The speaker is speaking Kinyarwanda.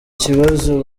kibazo